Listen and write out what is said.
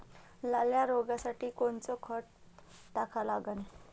लाल्या रोगासाठी कोनचं खत टाका लागन?